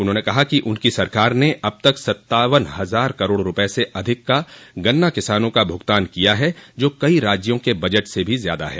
उन्होंने कहा कि उनकी सरकार ने अब तक सत्तावन हजार करोड़ रूपये से अधिक का गन्ना किसानों का भूगतान किया है जो कई राज्यों के बजट से ज्यादा है